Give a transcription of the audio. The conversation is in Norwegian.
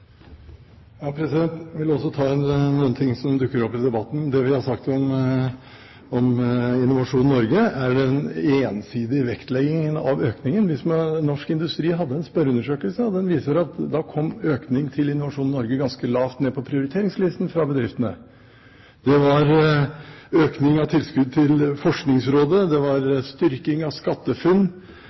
Jeg vil også ta noen ting som dukker opp i debatten. Det vi har sagt om Innovasjon Norge, gjelder den ensidige vektleggingen av økningen. Norsk Industri hadde en spørreundersøkelse, og den viser at økning til Innovasjon Norge kom ganske lavt ned på prioriteringslisten fra bedriftene. Det var økning av tilskudd til Forskningsrådet, det var styrking av SkatteFUNN,